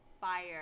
fire